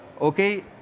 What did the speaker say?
okay